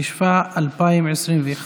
התשפ"א 2021,